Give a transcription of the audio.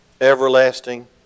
everlasting